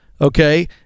okay